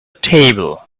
table